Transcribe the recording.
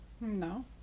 no